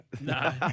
No